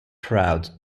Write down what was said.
crowd